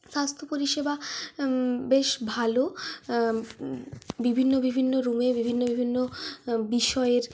স্বাস্থ্য পরিষেবা বেশ ভালো বিভিন্ন বিভিন্ন রুমে বিভিন্ন বিভিন্ন বিষয়ের